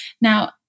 Now